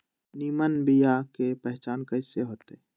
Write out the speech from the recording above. निमन बीया के पहचान कईसे होतई?